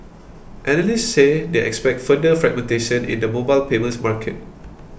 analysts said they expect further fragmentation in the mobile payments market